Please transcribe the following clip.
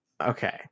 Okay